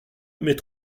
mais